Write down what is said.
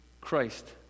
Christ